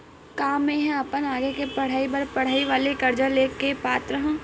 का मेंहा अपन आगे के पढई बर पढई वाले कर्जा ले के पात्र हव?